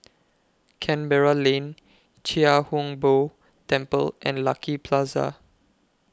Canberra Lane Chia Hung Boo Temple and Lucky Plaza